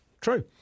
True